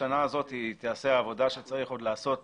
בשנה הזאת תיעשה עבודה שצריך עוד לעשות